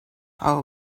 how